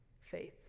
faith